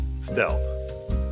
Stealth